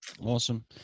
Awesome